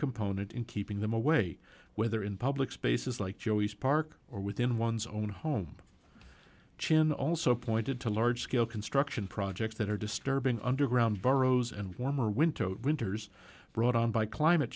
component in keeping them away whether in public spaces like joeys park or within one's own home chin also pointed to large scale construction projects that are disturbing underground boroughs and warmer winter winters brought on by climate